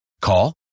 Call